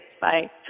Bye